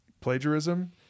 plagiarism